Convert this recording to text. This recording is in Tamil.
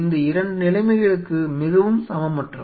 இந்த இரண்டு நிலைமைகளும் மிகவும் சமமற்றவை